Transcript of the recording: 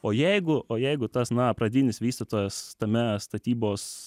o jeigu o jeigu tas na pradinis vystytojas tame statybos